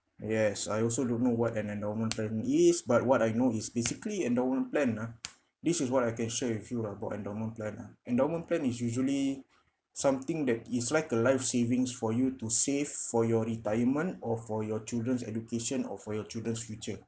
yes I also don't know what an endowment plan is but what I know it's basically endowment plan ah this is what I can share with you lah about endowment plan ah endowment plan is usually something that is like a life savings for you to save for your retirement or for your children's education or for your children's future